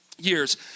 years